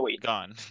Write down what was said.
gone